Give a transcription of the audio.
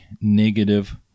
negative